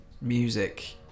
music